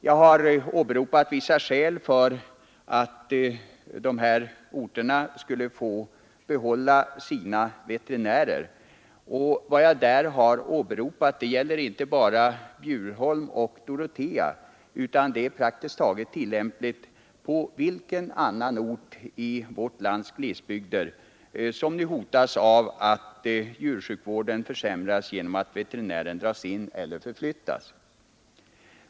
Jag har åberopat vissa skäl för att dessa orter skulle få behålla sina veterinärer. Vad jag där har anfört gäller inte bara Bjurholm och Dorotea utan är praktiskt tillämpligt på varje ort i vårt lands glesbygder som nu hotas av att djursjukvården försämras genom att veterinärer dras in eller förflyttas.